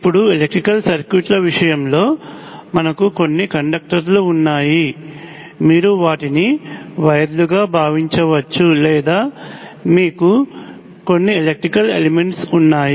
ఇప్పుడు ఎలక్ట్రికల్ సర్క్యూట్ల విషయంలో మనకు కొన్ని కండక్టర్లు ఉన్నాయి మీరు వాటిని వైర్లుగా భావించవచ్చు లేదా మీకు కొన్ని ఎలక్ట్రికల్ ఎలిమెంట్స్ ఉన్నాయి